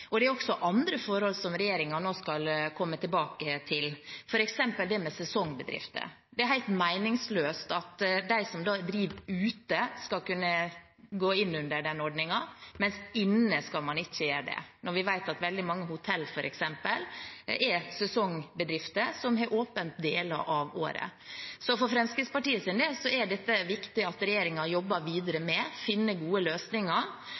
Det er også andre forhold som regjeringen nå skal komme tilbake til, f.eks. dette med sesongbedrifter. Det er helt meningsløst at de som driver ute, går inn under den ordningen, mens inne skal man ikke gjøre det når vi vet at f.eks. veldig mange hotell er sesongbedrifter som har åpent deler av året. For Fremskrittspartiet del er det viktig at regjeringen jobber videre med dette og finner gode løsninger.